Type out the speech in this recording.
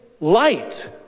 light